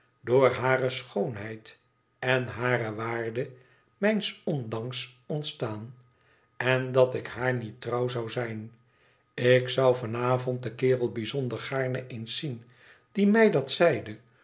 door hare schoonheid en hare waarde mijns ondanks ontstaan en dat ik haar niet trouw zou zijn ik zou van avond den kerel bijzonder gaarne eens zien die mij dat zeide